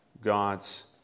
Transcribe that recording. God's